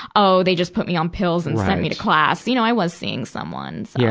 oh, they just put me on pills and sent me to class. you know, i was seeing someone. yeah,